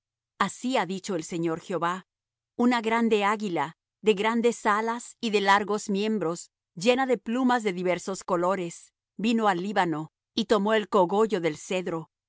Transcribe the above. así ha dicho el señor jehová una grande águila de grandes alas y de largos miembros llena de plumas de diversos colores vino al líbano y tomó el cogollo del cedro